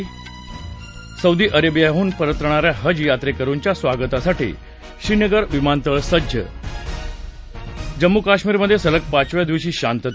आहे सौदी अरेबियाहून परतण या हज यात्रेकरुंच्या स्वागतासाठी श्रीनगर विमानतळ सज्ज जम्मू काश्मीरमधे सलग पाचव्या दिवशी शांतता